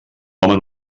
home